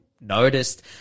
noticed